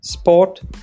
Sport